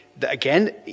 Again